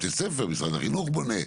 בתי ספר משרד החינוך עושה,